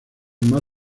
más